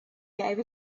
gave